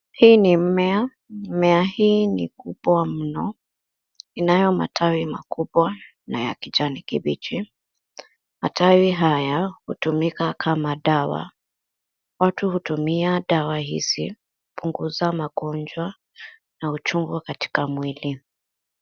Hi ni mmea. Mmea hii ni kubwa mno. Inayo matawi makubwa na ya kijani kibichi. Matawi haya hutumika kama dawa. Watu hutumia dawa hizo kupunguza magonjwa na uchungu katika mwili.